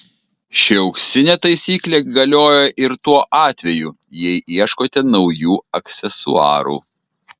ši auksinė taisyklė galioja ir tuo atveju jei ieškote naujų aksesuarų